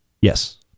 Yes